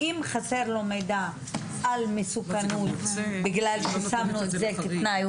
אם חסר לו מידע על מסוכנות בגלל ששמנו את זה כתנאי,